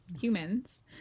humans